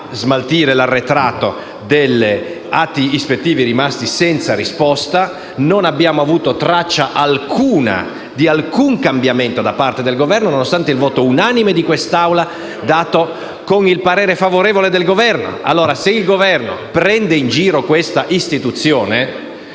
smaltire l'arretrato degli atti ispettivi rimasti senza risposta. Non abbiamo avuto traccia alcuna di alcun cambiamento da parte del Governo, nonostante il voto unanime di quest'Assemblea dato con il parere favorevole del Governo stesso. Allora, se il Governo prende in giro questa istituzione,